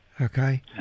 Okay